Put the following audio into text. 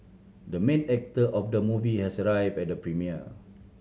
the main actor of the movie has arrived at the premiere